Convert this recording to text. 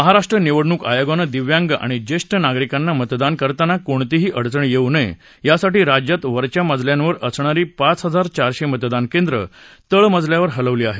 महाराष्ट्र निवडणूक आयोगानं दिव्यांग आणि ज्येष्ठ नागरिकांना मतदान करताना कोणतीही अडचण येऊ नये यासाठी राज्यात वरच्या मजल्यावर असणारी पाच हजार चारशे मतदान केंद्र तळमजल्यावर हलवली आहेत